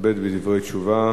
מתכבד בדברי תשובה